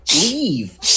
leave